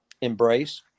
embrace